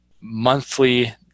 monthly